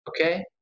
Okay